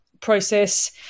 process